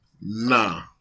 Nah